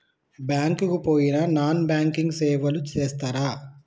Bank కి పోయిన non banking సేవలు చేస్తరా?